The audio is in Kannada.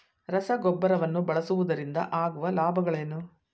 ರಸಗೊಬ್ಬರವನ್ನು ಬಳಸುವುದರಿಂದ ಆಗುವ ಲಾಭಗಳೇನು?